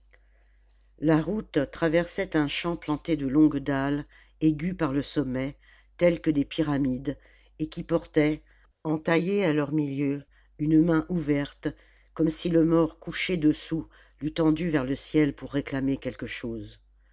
la route traversait un champ planté de longues dalles aiguës par le sommet telles que des pyramides et qui portaient entaillée à leur milieu une main ouverte comme si le mort couché dessous l'eût tendue vers le ciel pour réclamer quelque chose